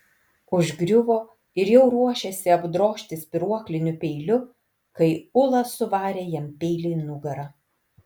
užgriuvo ir jau ruošėsi apdrožti spyruokliniu peiliu kai ula suvarė jam peilį į nugarą